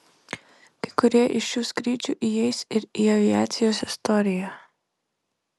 kai kurie iš šių skrydžių įeis ir į aviacijos istoriją